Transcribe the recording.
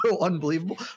unbelievable